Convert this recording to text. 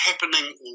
happening